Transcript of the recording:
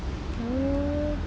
mm